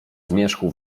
zmierzchu